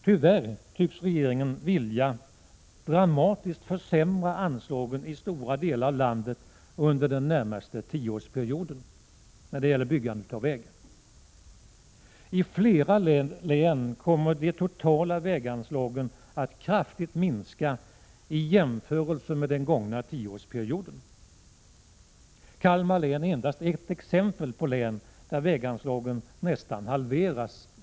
Tyvärr tycks regeringen vilja dramatiskt försämra anslagen i stora delar av landet under den närmaste tioårsperioden i fråga om byggandet av vägar. I flera län kommer de totala väganslagen att kraftigt minska, i jämförelse med väganslagen under den gångna tioårsperioden. Kalmar län är ert av de län där väganslagen nästan halveras.